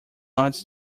not